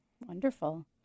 Wonderful